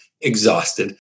exhausted